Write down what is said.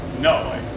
No